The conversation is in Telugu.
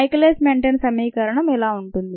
మైకేలైస్ మెంటెన్ సమీకరణం ఇలా ఉంటుంది